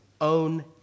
own